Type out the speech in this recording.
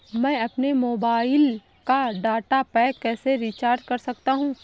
मैं अपने मोबाइल का डाटा पैक कैसे रीचार्ज कर सकता हूँ?